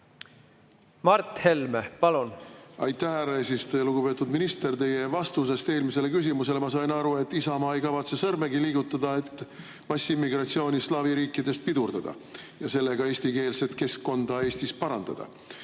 presenteerimise? Aitäh, härra eesistuja! Lugupeetud minister! Teie vastusest eelmisele küsimusele ma sain aru, et Isamaa ei kavatse sõrmegi liigutada, et massiimmigratsiooni slaavi riikidest pidurdada ja sellega eestikeelset keskkonda Eestis parandada.